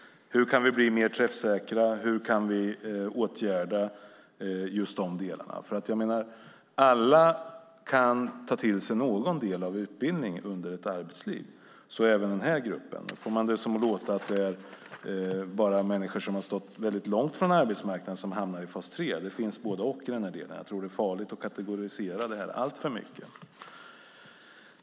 Hur kan vi bli mer träffsäkra? Hur kan vi åtgärda just dessa delar? Alla kan ta till sig någon del av utbildning under ett arbetsliv, så även den här gruppen. Nu får man det att låta som om det bara är människor som har stått väldigt långt från arbetsmarknaden som hamnar i fas 3, men det finns både och. Jag tror att det är farligt att kategorisera allt för mycket.